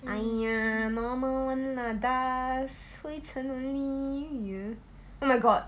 !aiya! normal one lah dust 灰尘 only you oh my god